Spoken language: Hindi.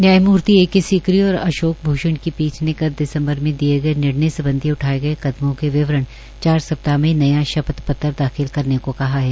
न्यायमुर्ति ए के सीकरी और अशोक भूषण की पीठ ने गत दिस्म्बर में दिये गये निर्णय सम्बधी उठाये गये कदमों के विवरण चार सप्ताह में नया शपथ पत्र दाखिल करने को कहा है